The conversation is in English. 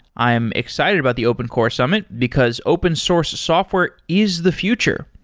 i am excited about the open core summit, because open source software is the future.